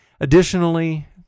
Additionally